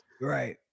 right